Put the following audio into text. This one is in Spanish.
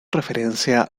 referencia